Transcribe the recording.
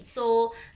so